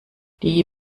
die